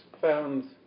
found